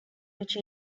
which